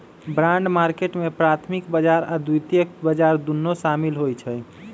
bond market में प्राथमिक बजार आऽ द्वितीयक बजार दुन्नो सामिल होइ छइ